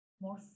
more